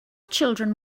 children